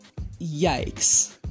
yikes